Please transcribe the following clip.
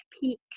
peak